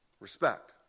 Respect